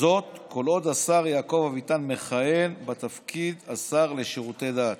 וזאת כל עוד השר יעקב אביטן מכהן בתפקיד השר לשירותי דת.